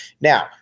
now